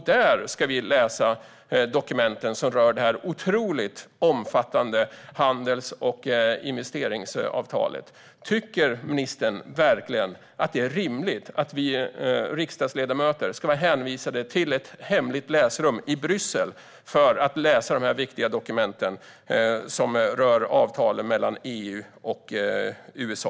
Där ska vi läsa dokumenten som rör detta otroligt omfattande handels och investeringsavtal. Tycker ministern verkligen att det är rimligt att vi riksdagsledamöter ska vara hänvisade till ett hemligt läsrum i Bryssel för att läsa de viktiga dokumenten som rör avtalen mellan EU och USA?